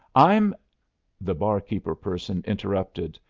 i'm the barkeeper person interrupted.